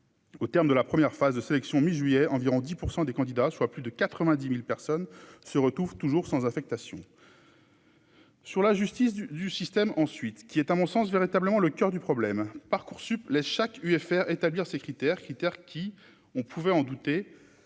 Au terme de la première phase de sélection mi-juillet environ 10 % des candidats, soit plus de 90000 personnes se retrouvent toujours sans affectation. Sur la justice du du système ensuite qui est à mon sens véritablement le coeur du problème parcoursup les chaque UFR établir ces critères qui ter qui on pouvait en douter